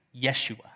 Yeshua